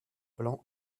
blanc